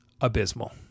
abysmal